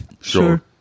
Sure